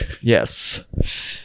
yes